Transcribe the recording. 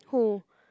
who